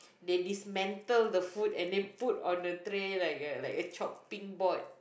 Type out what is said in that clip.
they dismantle the food and they put on the tray like a like a chopping board